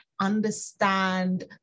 understand